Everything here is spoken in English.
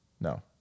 No